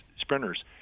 sprinters